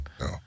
No